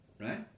right